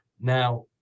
Now